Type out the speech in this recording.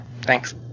Thanks